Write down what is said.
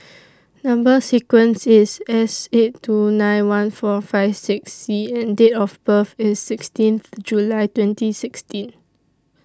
Number sequence IS S eight two nine one four five six C and Date of birth IS sixteenth July twenty sixteen